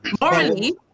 Morally